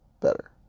better